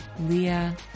Leah